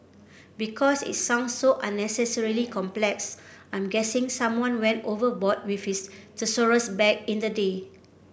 because it sounds so unnecessarily complex I'm guessing someone went overboard with his thesaurus back in the day